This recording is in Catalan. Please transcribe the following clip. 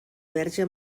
verge